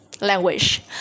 language